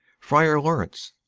friar lawrence,